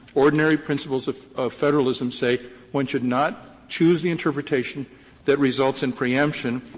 ordinary principles of federalism say one should not choose the interpretation that results in preemption,